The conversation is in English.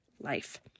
life